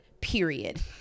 period